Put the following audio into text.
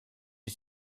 est